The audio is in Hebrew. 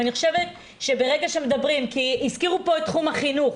ואני חושבת שברגע שמדברים כי הזכירו פה את תחום החינוך,